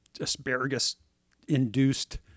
asparagus-induced